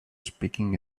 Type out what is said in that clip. speaking